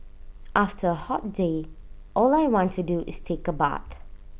after A hot day all I want to do is take A bath